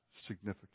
significant